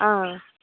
ஆ